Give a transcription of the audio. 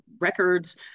records